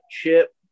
chip